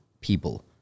people